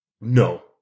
No